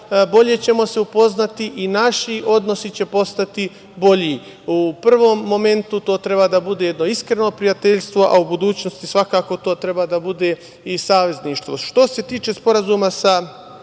bolje ćemo se upoznati i naši odnosi će postati bolji. U prvom momentu to treba da bude jedno iskreno prijateljstvo, a u budućnosti, svakako, to treba da bude i savezništvo. Što se tiče Sporazuma sa